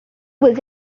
was